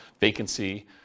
vacancy